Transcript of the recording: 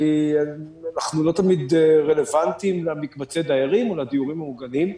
כי אנחנו לא תמיד רלוונטיים למקבצי דיירים או לדיורים מאורגנים.